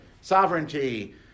sovereignty